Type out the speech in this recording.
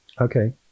okay